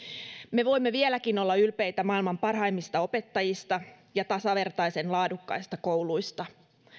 me voimme vieläkin olla ylpeitä maailman parhaimmista opettajista ja tasavertaisen laadukkaista kouluista